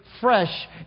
fresh